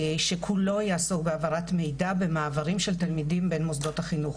שכולו יעסוק בהעברת מידע במעברים של תלמידים בין מוסדות החינוך.